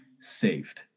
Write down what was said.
saved